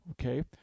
Okay